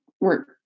work